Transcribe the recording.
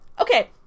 Okay